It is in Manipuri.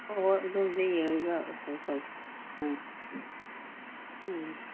ꯍꯣꯏ ꯍꯣꯏ ꯑꯗꯨꯕꯨꯗꯤ ꯌꯦꯡꯉꯒ ꯑꯗꯨꯝ ꯀꯩꯅꯣ ꯇꯧꯁꯤ ꯎꯝ ꯎꯝ